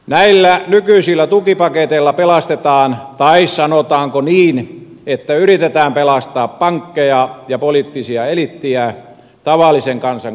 näillä nykyisillä tukipaketeilla pelastetaan tai sanotaanko niin että yritetään pelastaa pankkeja ja poliittista eliittiä tavallisen kansan kustannuksella